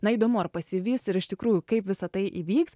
na įdomu ar pasivys ir iš tikrųjų kaip visa tai įvyks